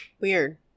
Weird